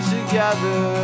Together